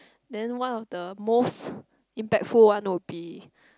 then one of the most impactful one will be